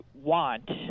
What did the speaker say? want